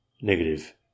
Negative